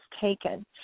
taken